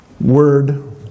word